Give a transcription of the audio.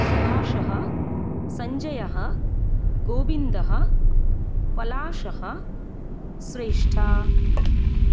सुभाषः सञ्जयः गोविन्दः पलाशः श्रेष्ठा